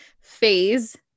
phase